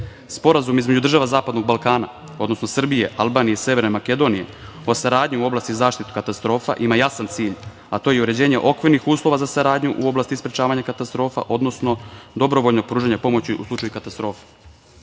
Sporazum između država Zapadnog Balkana, odnosno Srbije, Albanije i Severne Makedonije o saradnji u oblasti zaštite od katastrofa ima jasan cilj, a to je uređenje okvirnih uslova za saradnju u oblasti sprečavanja katastrofa, odnosno dobrovoljnog pružanja pomoći u slučaju katastrofa. Da